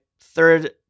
third